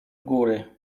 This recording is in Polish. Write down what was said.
góry